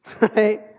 right